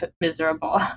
miserable